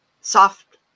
soft